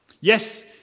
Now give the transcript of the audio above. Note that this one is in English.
Yes